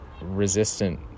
resistant